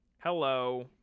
Hello